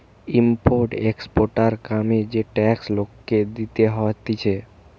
import exporter কামে যে tax লোককে দিতে হতিছে